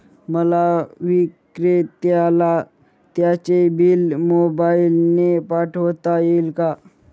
मला विक्रेत्याला त्याचे बिल मोबाईलने पाठवता येईल का?